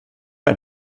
ein